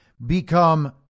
become